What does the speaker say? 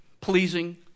pleasing